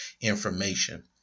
information